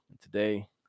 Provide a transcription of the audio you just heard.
today